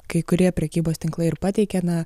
kai kurie prekybos tinklai ir pateikė na